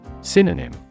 Synonym